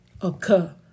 occur